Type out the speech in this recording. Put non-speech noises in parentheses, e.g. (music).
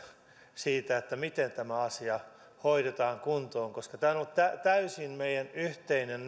siitä miten tämä asia hoidetaan kuntoon tämä on ollut täysin meidän yhteinen (unintelligible)